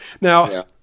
Now